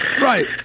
Right